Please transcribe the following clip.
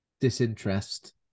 disinterest